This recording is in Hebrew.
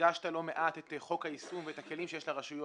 הדגשת לא מעט את חוק היישום ואת הכלים שיש לרשויות,